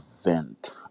event